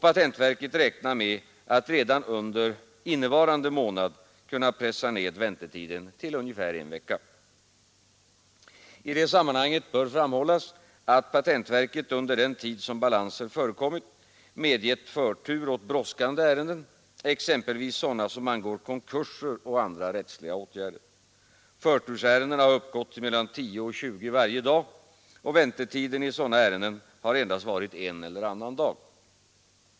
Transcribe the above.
Patentverket räknar med att redan under innevarande månad kunna pressa ned väntetiden till ungefär en vecka. I detta sammanhang bör framhållas att patentverket under den tid som balanser förekommit medgivit förtur åt brådskande ärenden, exempelvis sådana som angår konkurser och andra rättsliga åtgärder. Förtursärendena har uppgått till mellan 10 och 20 varje dag, och väntetiden i sådana ärenden har endast varit en eller annan dag.